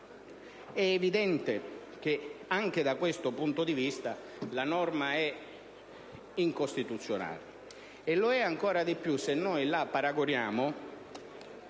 È evidente che anche da questo punto di vista la norma è incostituzionale, e lo è ancora di più se la paragoniamo